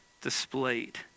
displayed